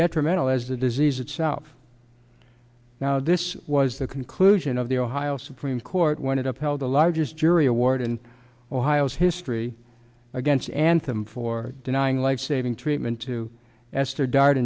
or mental as the disease itself now this was the conclusion of the ohio supreme court when it upheld the largest jury award in ohio history against anthem for denying lifesaving treatment to esther dar